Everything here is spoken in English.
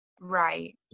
Right